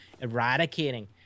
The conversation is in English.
eradicating